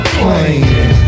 playing